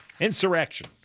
insurrection